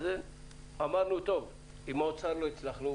אמרנו: עם האוצר לא הצלחנו,